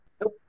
Nope